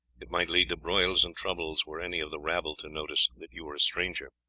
it might lead to broils and troubles were any of the rabble to notice that you were a stranger.